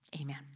amen